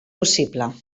possible